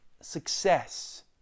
success